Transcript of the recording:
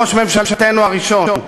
ראש ממשלתנו הראשון.